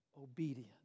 obedience